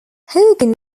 hogan